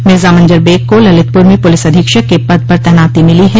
मिर्जा मंजर बेग को ललितपुर में पुलिस अधीक्षक के पद पर तैनाती मिली है